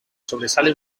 sobresale